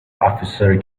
officer